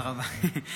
תודה רבה.